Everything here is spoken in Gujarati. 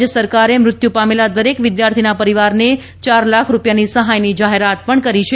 રાજ્ય સરકારે મૃત્યુ પામેલા દરેક વિદ્યાર્થીના પરિવારને ચાર લાખ રૂપિયાની સહાયની જાહેરાત કરી છે